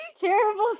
terrible